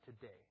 today